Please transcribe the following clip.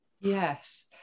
Yes